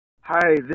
Hi